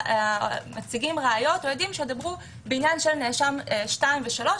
מציגים ראיות ויודעים שידברו בעניין נאשמים 2 ו-3,